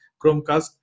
Chromecast